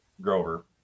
Grover